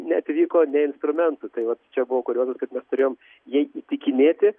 neatvyko nė instrumentų tai vat čia buvo kuriozas nes turėjom jei įtikinėti